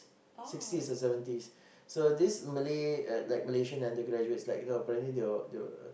sixties or seventies so this Malay uh like Malaysian undergraduates like you know apparently they were they were